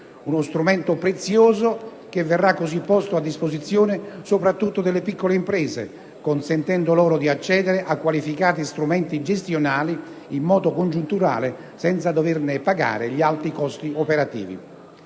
uno strumento prezioso che verrà così posto a disposizione soprattutto delle piccole imprese, consentendo loro di accedere a qualificati strumenti gestionali in modo congiunturale, senza doverne pagare gli alti costi operativi.